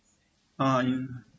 uh you